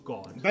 God